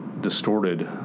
distorted